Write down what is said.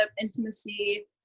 intimacy